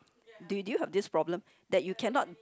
do do you have this problem that you cannot